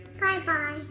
Bye-bye